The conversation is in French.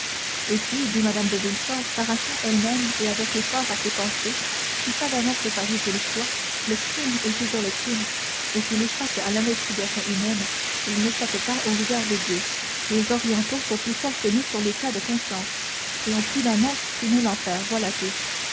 et puis dit mme de villefort s'arrachant elle-même et avec effort à ses pensées si savamment préparé qu'il soit le crime est toujours le crime et s'il échappe à l'investigation humaine il n'échappe pas au regard de dieu les orientaux sont plus forts que nous sur les cas de conscience et ont prudemment supprimé l'enfer voilà tout